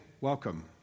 Welcome